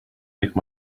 make